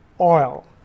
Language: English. oil